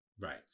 Right